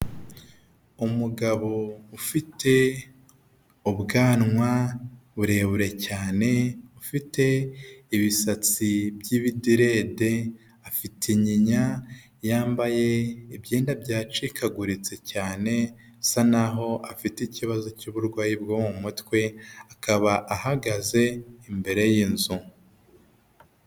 Umugabo ufite ubwanwa burebure cyane ufite ibisatsi by'ibiderede afite inyinya yambaye ibyenda byacikaguritse cyane asa naho afite ikibazo cy'uburwayi bwo mu mutwe akaba ahagaze imbere y'inzu.